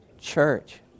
church